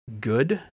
good